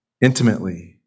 intimately